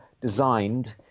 designed